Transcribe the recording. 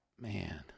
man